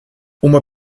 uma